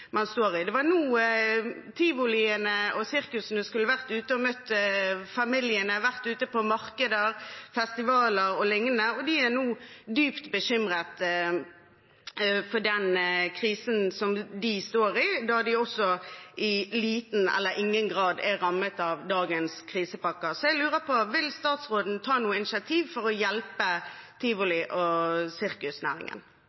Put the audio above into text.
står i. Det var nå tivoliene og sirkusene skulle vært ute og møtt familiene, vært ute på markeder, festivaler o.l. De er nå dypt bekymret for den krisen som de er i, da de i liten eller ingen grad nyter godt av dagens krisepakker. Jeg lurer på: Vil statsråden ta noe initiativ for å hjelpe